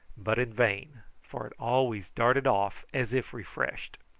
but in vain, for it always darted off as if refreshed.